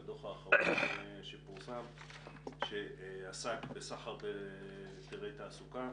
הדוח האחרון שפורסם שעסק בסחר ובתעסוקה.